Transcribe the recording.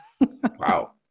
Wow